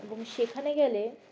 এবং সেখানে গেলে